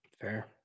Fair